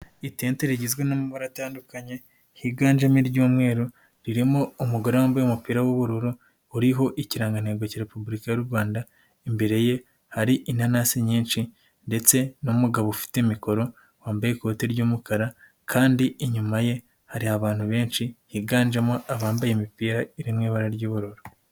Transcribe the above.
Itente rigizwe n'amabara atandukanye, higanjemo iry'umweru, ririmo umugore wambaye umupira w'ubururu, uriho ikirangantego cya repubulika y'uRwanda, imbere ye hari inanasi nyinshi ndetse n'umugabo ufite mikoro, wambaye ikoti ry'umukara kandi inyuma ye hari abantu benshi, higanjemo abambaye imipira iri mu ibara ry'ubururu.